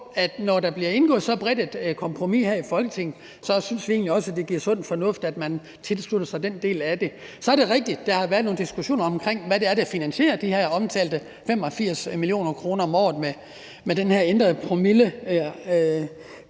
når der bliver indgået så bredt et kompromis her i Folketinget, så egentlig også synes, det er sund fornuft, at man tilslutter sig den del af det. Så er det rigtigt, at der har været nogle diskussioner omkring, hvad det er, der finansierer de her omtalte 85 mio. kr. om året med den her ændrede